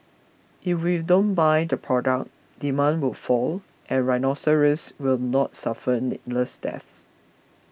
if we don't buy the product demand will fall and rhinoceroses will not suffer needless deaths